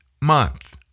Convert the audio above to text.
month